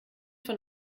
von